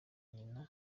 nyina